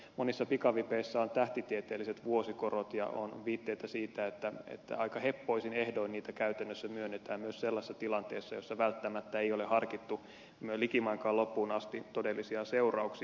monissa pikavipeissä on tähtitieteelliset vuosikorot ja on viitteitä siitä että aika heppoisin ehdoin niitä käytännössä myönnetään myös sellaisissa tilanteissa joissa välttämättä ei ole harkittu likimainkaan loppuun asti todellisia seurauksia